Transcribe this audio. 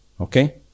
Okay